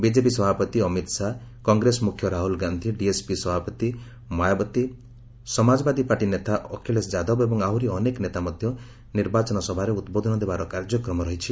BJP ସଭାପତି Amit Shah Congress ମୁଖ୍ୟ Rahul Gandhi BSP ସଭାପତି ମାୟାବତୀ ସମାଜବାଦୀ ପାର୍ଟି ନେତା ଅଖିଳେଶ ଯାଦବ ଏବଂ ଆହୁରି ଅନେକ ନେତା ମଧ୍ୟ ନିର୍ବାଚନ ସଭାରେ ଉଦ୍ବୋଧନ ଦେବାର କାର୍ଯ୍ୟକ୍ରମ ରହିଛି